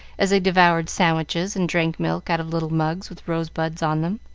as they devoured sandwiches, and drank milk out of little mugs with rosebuds on them.